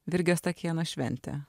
virgio stakėno šventę